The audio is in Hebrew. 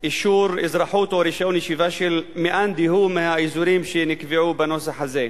אישור אזרחות או רשיון של מאן דהוא מהאזורים שנקבעו בנוסח הזה.